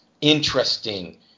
interesting